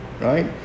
right